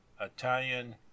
Italian